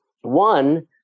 one